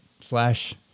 slash